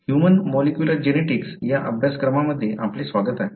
human molecular genetics या अभ्यासक्रमामध्ये आपले स्वागत आहे